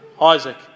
Isaac